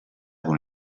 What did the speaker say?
con